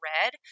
Red